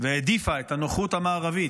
והעדיפה את הנוחות המערבית,